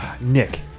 Nick